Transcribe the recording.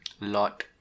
Lot